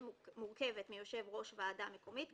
שמורכבת מיושב-ראש ועדה מקומית,